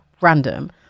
random